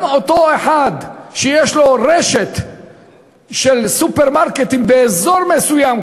גם אותו אחד שיש לו רשת של סופרמרקטים באזור מסוים,